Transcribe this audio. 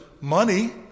money